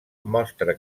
mostra